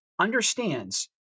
Understands